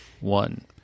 one